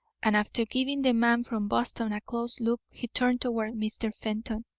and after giving the man from boston a close look he turned toward mr. fenton.